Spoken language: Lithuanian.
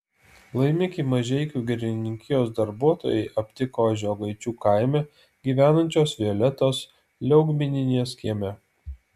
laimikį mažeikių girininkijos darbuotojai aptiko žiogaičių kaime gyvenančios violetos liaugminienės kieme